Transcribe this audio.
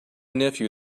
nephew